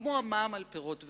כמו המע"מ על פירות וירקות.